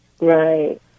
Right